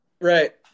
Right